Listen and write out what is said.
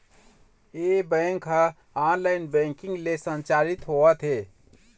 ए bank ह online banking ले संचालित होवत हे